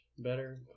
better